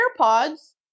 airpods